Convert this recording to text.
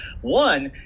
one